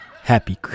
happy